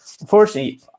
unfortunately